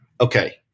Okay